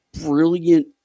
brilliant